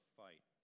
fight